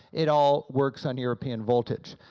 it all works on european voltage.